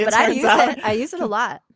but i yeah i use it a lot.